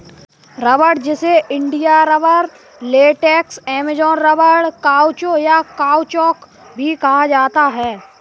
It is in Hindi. रबड़, जिसे India rubber, latex, Amazonian rubber, काउचो, या काउचौक भी कहा जाता है